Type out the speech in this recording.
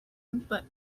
but